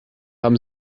haben